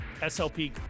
SLP